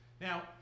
Now